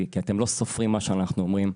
כי אתם לא סופרים מה שאנחנו אומרים.